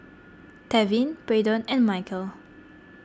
Tevin Braedon and Michel